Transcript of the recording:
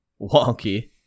wonky